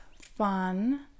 fun